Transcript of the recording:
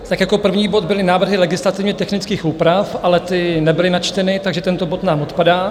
Tak jako první bod byly návrhy legislativně technických úprav, ale ty nebyly načteny, takže tento bod nám odpadá.